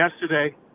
yesterday